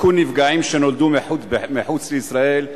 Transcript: נפגעים שנולדו מחוץ לישראל),